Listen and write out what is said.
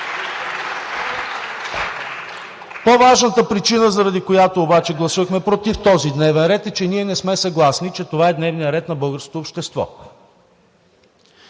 По-важната причина, заради която обаче гласувахме против този дневен ред, е, че ние не сме съгласни, че това е дневният ред на българското общество.